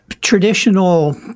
traditional